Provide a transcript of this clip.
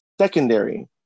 secondary